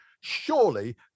Surely